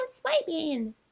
swiping